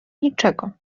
niczego